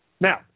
Now